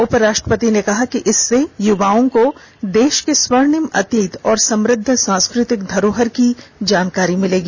उपराष्ट्रपति ने कहा कि इससे युवाओं को देश के स्वर्णिम अतीत और समृद्ध सांस्कृतिक धरोहर की जानकारी मिलेगी